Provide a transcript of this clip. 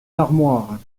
l’armoire